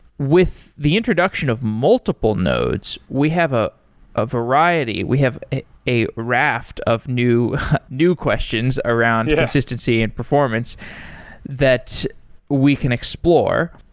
with the introduction of multiple nodes, we have a ah variety. we have a raft of new new questions around consistency and performance that we can explore.